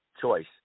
choice